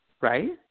Right